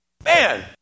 Man